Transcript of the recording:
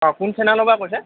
অঁ কোন পৰা কৈছে